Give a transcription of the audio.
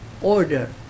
order